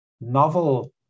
novel